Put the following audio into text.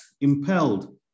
impelled